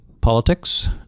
Politics